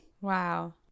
Wow